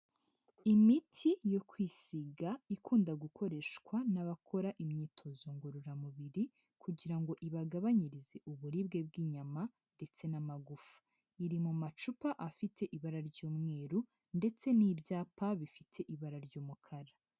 Imiti yo kwisiga, ikunda gukoreshwa n'abakora imyitozo ngororamubiri, kugira ngo ibagabanyirize uburibwe bw'inyama, ndetse n'amagufa, iri mu macupa afite ibara ry'umweru, ndetse n'ibyapa bifite ibara ry'umukara.